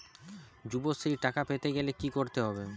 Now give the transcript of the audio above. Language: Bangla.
যুবশ্রীর টাকা পেতে গেলে কি করতে হবে?